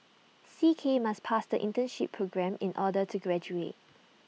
C K must pass the internship programme in order to graduate